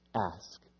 Ask